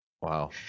Wow